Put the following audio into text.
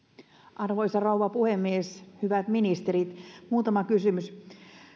arvoisa rouva puhemies hyvät ministerit muutama kysymys